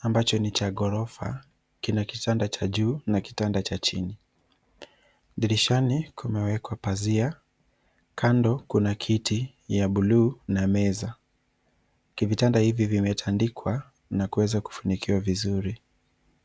ambacho ni cha gorofa kina kitanda cha juu na kitanda cha chini. Dirishani, kumewekwa pazia, kando kuna kiti ya bulu na meza. Vitanda hivi vimetandikwa na kueza kufunikiwa vizuri.